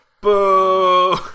Boo